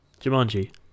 Jumanji